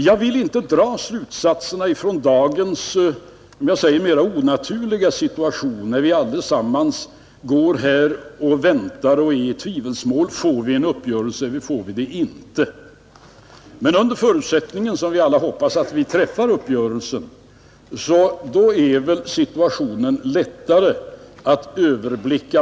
Jag vill inte dra slutsatserna från dagens, om jag får säga det, mer onaturliga situation, när vi allesamman går och väntar och är i tvivelsmål: får vi en uppgörelse eller får vi det inte? Men under förutsättning att det blir uppgörelse, som vi alla hoppas, är situationen lättare att överblicka.